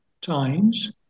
times